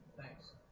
Thanks